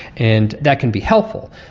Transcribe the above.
and that can be helpful.